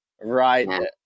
Right